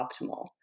optimal